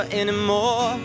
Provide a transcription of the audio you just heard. anymore